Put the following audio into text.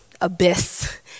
abyss